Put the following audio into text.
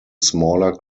smaller